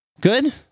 good